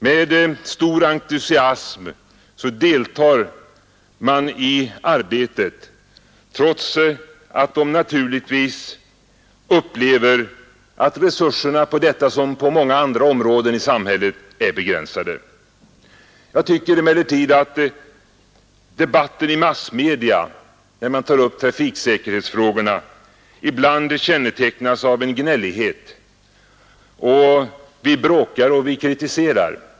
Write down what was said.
Med stor entusiasm deltar man emellertid i arbetet, trots att man upplever att resurserna på detta som på många andra områden i samhället är begränsade. Jag tycker emellertid att debatten i massmedia, när man tar upp trafiksäkerhetsfrågorna, ibland kännetecknas av en gnällighet — vi bråkar och vi kritiserar.